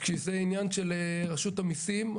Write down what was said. שזה עניין של רשות המיסים,